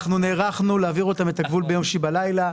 אנחנו נערכנו להעביר אותם את הגבול ביום שישי בלילה.